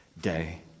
day